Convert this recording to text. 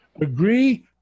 Agree